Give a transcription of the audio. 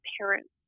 parents